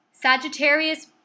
Sagittarius